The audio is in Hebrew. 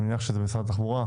אני מניח שזה במשרד התחבורה.